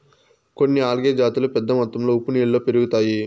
కొన్ని ఆల్గే జాతులు పెద్ద మొత్తంలో ఉప్పు నీళ్ళలో పెరుగుతాయి